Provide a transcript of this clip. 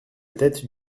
tête